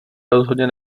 rozhodně